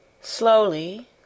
Slowly